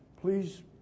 please